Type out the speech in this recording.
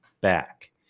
back